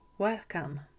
Welcome